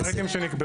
יש פרמטרים שנקבעו.